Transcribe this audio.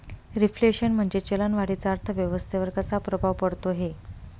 Reflation म्हणजे चलन वाढीचा अर्थव्यवस्थेवर कसा प्रभाव पडतो है?